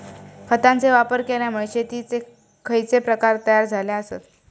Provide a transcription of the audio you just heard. खतांचे वापर केल्यामुळे शेतीयेचे खैचे प्रकार तयार झाले आसत?